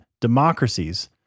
democracies